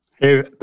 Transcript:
Hey